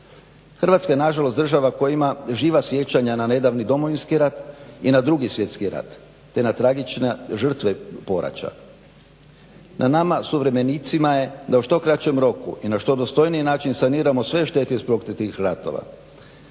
Hrvatska je nažalost država koja ima živa sjećanja na nedavni Domovinski rat i na 2.svjetski rat te na tragične žrtve poraća. Na nama suvremenicima je da u što kraćem roku i na što dostojni način saniramo sve štete iz … ratova.